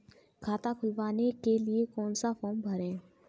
खाता खुलवाने के लिए कौन सा फॉर्म भरें?